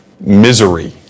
misery